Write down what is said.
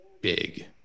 big